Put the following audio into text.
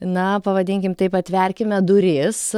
na pavadinkim taip atverkime duris